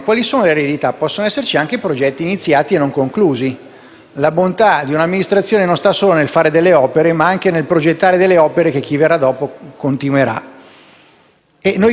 La bontà di un'amministrazione non sta solo nel fare delle opere, ma anche nel progettare opere che chi verrà dopo continuerà e, francamente, di progetti sul campo di cui poter